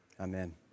Amen